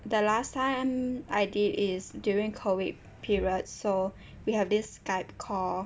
the last time I did is during COVID period so we have this skype call